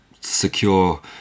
secure